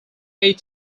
eight